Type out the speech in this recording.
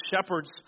shepherds